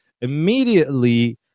immediately